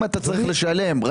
אם אתה צריך לשלם,